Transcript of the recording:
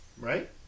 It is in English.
Right